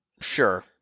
Sure